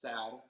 Sad